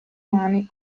mani